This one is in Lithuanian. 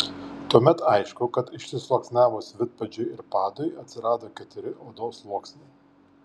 tuomet aišku kad išsisluoksniavus vidpadžiui ir padui atsirado keturi odos sluoksniai